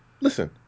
Listen